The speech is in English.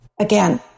again